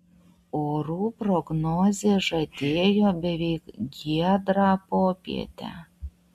orų prognozė žadėjo beveik giedrą popietę